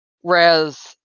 Whereas